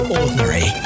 ordinary